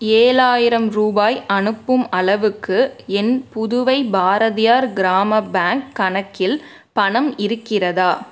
ஏழாயிரம் ரூபாய் அனுப்பும் அளவுக்கு என் புதுவை பாரதியார் கிராம பேங்க் கணக்கில் பணம் இருக்கிறதா